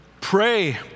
Pray